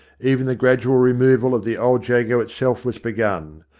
even the gradual removal of the old jago itself was begun.